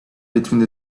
between